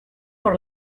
por